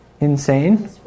Insane